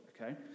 okay